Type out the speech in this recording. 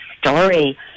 story